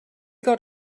got